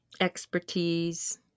expertise